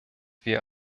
wir